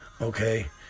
Okay